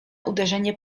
uderzenie